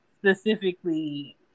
specifically